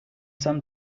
some